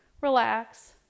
relax